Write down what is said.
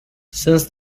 since